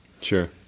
Sure